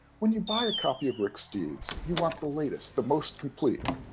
when you buy a copy of rick steves, you want the latest, the most complete.